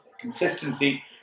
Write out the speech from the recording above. consistency